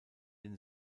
den